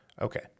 Okay